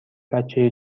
بچه